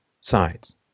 sides